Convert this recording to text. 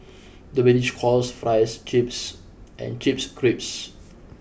the British calls fries chips and chips crisps